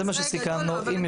זה מה שסיכמנו עם יושב הראש.